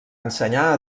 ensenyar